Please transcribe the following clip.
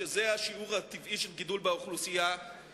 שזה השיעור הטבעי של גידול באוכלוסייה,